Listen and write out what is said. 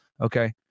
okay